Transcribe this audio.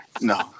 no